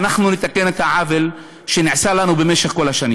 ואנחנו נתקן את העוול שנעשה לנו במשך כל השנים.